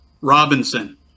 Robinson